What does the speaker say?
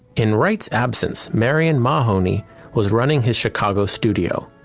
in wright's absence, marion mahony was running his chicago studio.